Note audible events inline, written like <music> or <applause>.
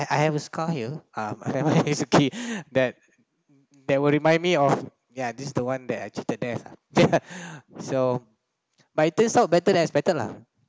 I have a scar here uh <laughs> never mind is okay that that will remind me of ya this the one that I cheated death ya <laughs> so but it turns out better than expected lah